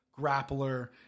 grappler